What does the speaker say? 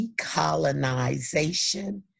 decolonization